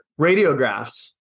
radiographs